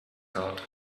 card